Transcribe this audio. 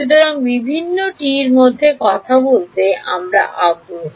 সুতরাং বিভিন্ন টির মধ্যে কথা বলতে আমরা আগ্রহী